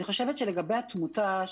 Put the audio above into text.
אני חושבת שלגבי התמותה,